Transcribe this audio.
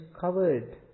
covered